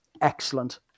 Excellent